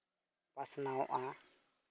ᱯᱟᱥᱱᱟᱣᱚᱜᱼᱟ